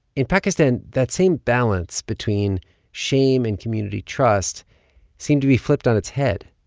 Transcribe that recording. in pakistan, that same balance between shame and community trust seemed to be flipped on its head.